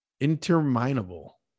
interminable